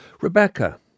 Rebecca